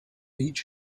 each